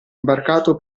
imbarcato